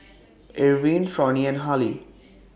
Irvine Fronnie and Hali